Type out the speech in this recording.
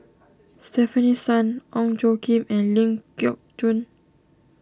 Stefanie Sun Ong Tjoe Kim and Ling Geok Choon